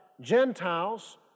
Gentiles